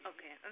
Okay